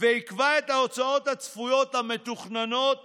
"ויקבע את ההוצאות הצפויות המתוכננות